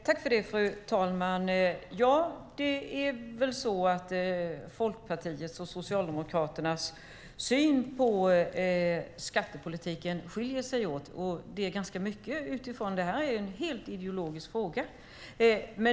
Fru talman! Ja, det är väl så att Folkpartiets och Socialdemokraternas syn på skattepolitiken skiljer sig åt. Det är en helt ideologisk fråga.